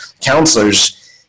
counselors